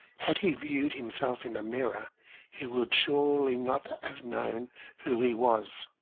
had he viewed himself in a mirror he would surely not have known who he was.